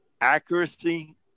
accuracy